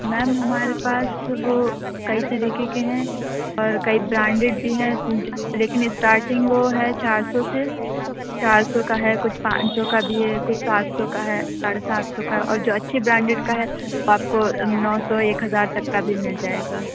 میم ہمارے پاس وہ کئی طریقے کے ہیں اور کئی برانڈیڈ بھی ہیں لیکن اسٹاٹنگ وہ ہے چار سو سے چار سو کا ہے کچھ پانچ سو کا بھی ہے کچھ سات سو کا ہے ساڑھے سات سو کا ہے اور جو اچھے بارانڈیڈ کا ہے وہ آپ کو نو سو ایک ہزار تک کا بھی مل جائے گا